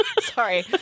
Sorry